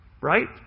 Right